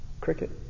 Cricket